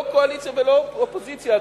לא קואליציה ולא אופוזיציה,